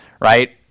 right